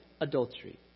adultery